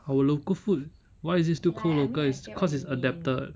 our local food why is it still called local is cause is adapted